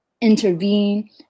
intervene